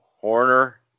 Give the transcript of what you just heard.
horner